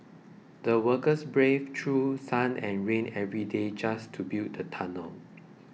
the workers braved through sun and rain every day just to build the tunnel